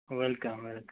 welcome welcome